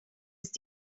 ist